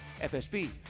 FSB